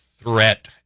threat